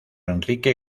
enrique